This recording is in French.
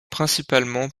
principalement